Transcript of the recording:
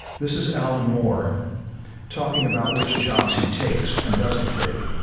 this is alan moore talking about which jobs he takes and doesn't take,